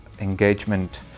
engagement